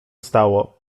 stało